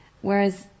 Whereas